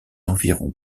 environ